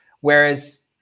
Whereas